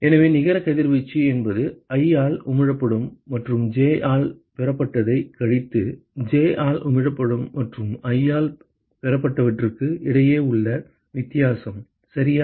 எனவே நிகர கதிர்வீச்சு என்பது i ஆல் உமிழப்படும் மற்றும் j ஆல் பெறப்பட்டதைக் கழித்து j ஆல் உமிழப்படும் மற்றும் i ஆல் பெறப்பட்டவற்றுக்கு இடையே உள்ள வித்தியாசம் சரியா